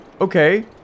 Okay